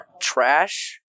trash